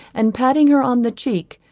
and patting her on the cheek,